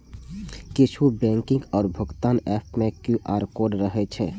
किछु बैंकिंग आ भुगतान एप मे क्यू.आर कोड रहै छै